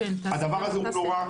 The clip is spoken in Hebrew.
הדבר הזה הוא נורא.